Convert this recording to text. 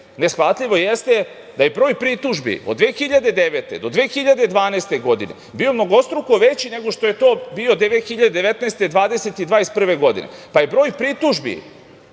neshvatljivo jeste da je broj pritužbi od 2009. do 2012. godine bio mnogostruko veći nego što je to bio 2019, 2020. i 2021. godine, pa je broj pritužbi